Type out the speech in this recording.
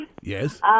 Yes